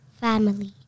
family